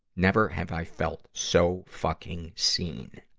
never have i felt so fucking seen.